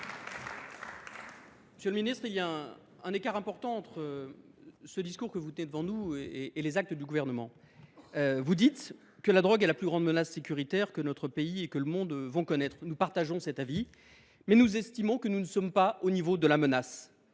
Monsieur le ministre, l’écart est grand entre le discours que vous tenez devant nous et les actes du Gouvernement. Vous affirmez que la drogue est la plus grande menace sécuritaire que notre pays et le monde vont connaître. Nous partageons cet avis, mais nous estimons que votre réponse n’est pas à la hauteur de la menace.